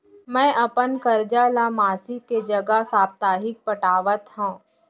मै अपन कर्जा ला मासिक के जगह साप्ताहिक पटावत हव